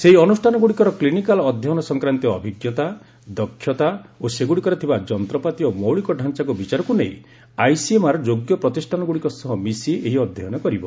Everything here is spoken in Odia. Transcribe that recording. ସେହି ଅନୁଷ୍ଠାନଗୁଡ଼ିକର କ୍ଲିନିକାଲ୍ ଅଧ୍ୟୟନ ସଂକ୍ରାନ୍ତୀୟ ଅଭିଜ୍ଞତା ଦକ୍ଷତା ଓ ସେଗୁଡ଼ିକରେ ଥିବା ଯନ୍ତ୍ରପାତି ଓ ମୌଳିକ ଡାଞ୍ଚାକୁ ବିଚାରକୁ ନେଇ ଆଇସିଏମ୍ଆର୍ ଯୋଗ୍ୟ ପ୍ରତିଷ୍ଠାନଗୁଡ଼ିକ ସହ ମିଶି ଏହି ଅଧ୍ୟୟନ କରିବ